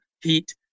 heat